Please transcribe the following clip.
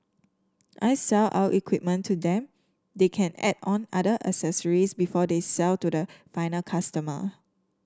I sell our equipment to them they can add on other accessories before they sell to the final customer